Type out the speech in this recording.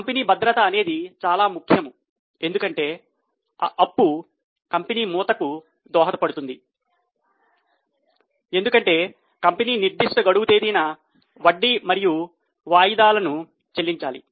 company భద్రత అనేది చాలా ముఖ్యం ఎందుకంటే అప్పు కంపెనీ మూతకు దోహదపడుతుంది ఎందుకంటే కంపెనీ నిర్దిష్ట గడువు తేదీన వడ్డీ మరియు వాయిదాలను చెల్లించాలి